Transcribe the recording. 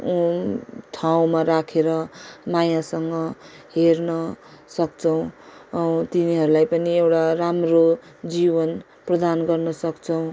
ठाउँमा राखेर मायासँग हेर्नसक्छौँ तिनीहरूलाई पनि एउटा राम्रो जीवन प्रदान गर्नसक्छौँ